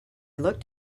looked